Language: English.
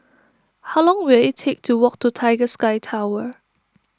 how long will it take to walk to Tiger Sky Tower